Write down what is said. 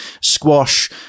squash